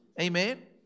Amen